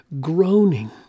groaning